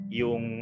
yung